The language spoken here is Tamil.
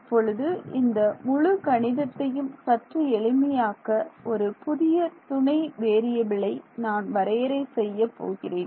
இப்பொழுது இந்த முழு கணிதத்தையும் சற்று எளிமையாக்க ஒரு புதிய துணை வேறியபிலை நான் வரையறை செய்யப் போகிறேன்